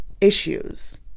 issues